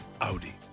audi